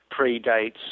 predates